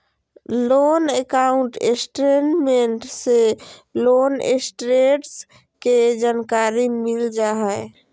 loan account statement से loan status के जानकारी मिल जा हय